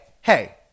hey